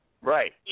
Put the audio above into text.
Right